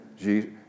Jesus